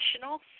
National